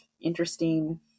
interesting